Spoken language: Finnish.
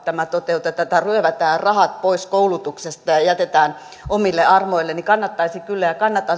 tämä toteutetaan eli ryövätään rahat pois koulutuksesta ja ja jätetään omille armoille niin kannatan